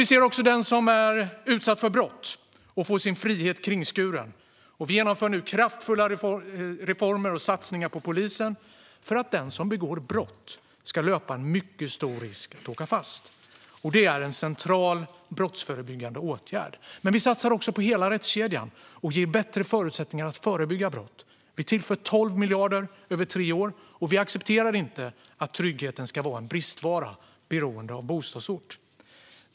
Vi ser också den som är utsatt för brott och får sin frihet kringskuren. Vi genomför nu kraftfulla reformer och satsningar på polisen för att den som begår brott ska löpa en mycket stor risk att åka fast. Det är en central brottsförebyggande åtgärd. Men vi satsar också på hela rättskedjan och ger bättre förutsättningar att förebygga brott. Vi tillför 12 miljarder över tre år, och vi accepterar inte att tryggheten ska vara en bristvara som är beroende av bostadsort.